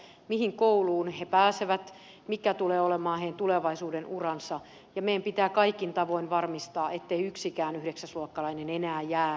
mihin kouluun he pääsevät mikä tulee olemaan heidän tulevaisuuden uransa ja meidän pitää kaikin tavoin varmistaa ettei yksikään yhdeksäsluokkalainen enää jää rannalle